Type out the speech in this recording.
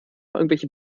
irgendwelche